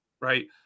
Right